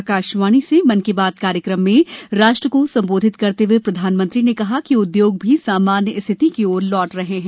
आकाशवाणी से मन की बात कार्यक्रम में राष्ट्र को संबोधित करते हुए प्रधानमंत्री ने कहा कि उद्योग भी सामान्य स्थिति की ओर लौट रहे हैं